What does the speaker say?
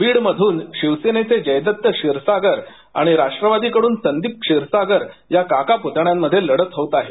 बीड मधून शिवसेनेचे जयदत्त क्षीरसागर आणि राष्ट्रवादीकडून संदीप क्षीरसागर या काका पुतण्यांमध्ये लढत होत आहे